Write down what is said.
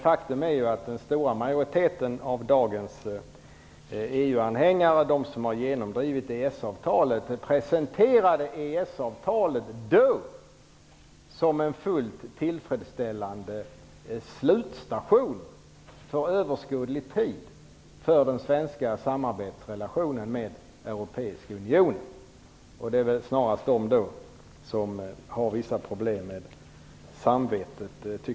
Faktum är att den stora majoriteten av dagens EU anhängare, vilka har genomdrivit EES-avtalet, presenterade EES-avtalet som en fullt tillfredsställande slutstation för överskådlig tid för den svenska samarbetsrelationen med Europeiska unionen. Det är snarast dessa personer som har vissa problem med samvetet.